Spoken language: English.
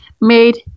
made